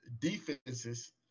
defenses –